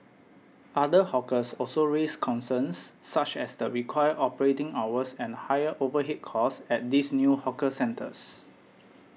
other hawkers also raised concerns such as the required operating hours and higher overhead costs at these new hawker centres